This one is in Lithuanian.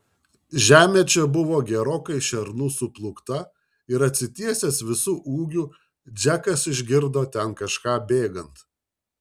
žemė čia buvo gerokai šernų suplūkta ir atsitiesęs visu ūgiu džekas išgirdo ten kažką bėgant